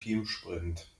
teamsprint